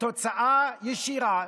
תודה רבה.